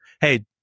hey